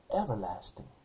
everlasting